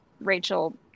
Rachel